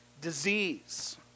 disease